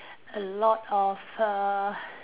a lot of err